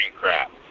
crap